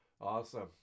Awesome